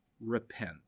repent